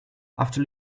after